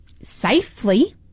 safely